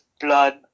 blood